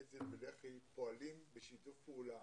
אצ"ל ולח"י פועלים בשיתוף פעולה.